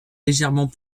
légèrement